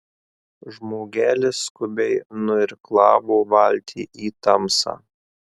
žmogelis skubiai nuirklavo valtį į tamsą